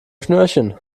schnürchen